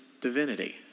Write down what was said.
divinity